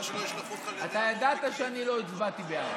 אתה ידעת שאני לא הצבעתי בעד.